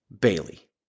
Bailey